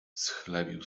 schlebił